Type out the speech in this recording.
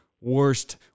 worst